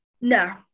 No